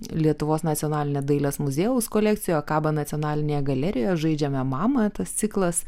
lietuvos nacionalinės dailės muziejaus kolekcijoje kabo nacionalinėje galerijoje žaidžiame mamą tas ciklas